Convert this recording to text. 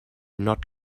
not